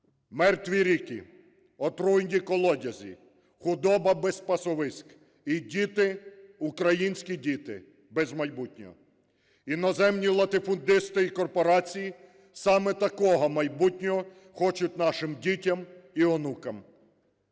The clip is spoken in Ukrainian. мертві ріки, отруєні колодязі, худоба без пасовиськ і діти, українські діти без майбутнього. Іноземні латифундисти і корпорації саме такого майбутнього хочуть нашим дітям і онукам.